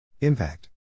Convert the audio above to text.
impact